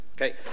okay